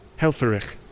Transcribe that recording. Helferich